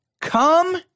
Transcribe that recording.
Come